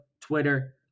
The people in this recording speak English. Twitter